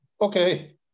Okay